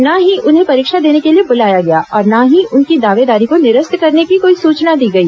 ना ही उन्हें परीक्षा देने के लिए बुलाया गया और ना ही उनकी दावेदारी को निरस्त करने की कोई सूचना दी गई